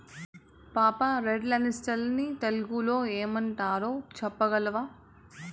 పాపా, red lentils ని తెలుగులో ఏమంటారు చెప్పగలవా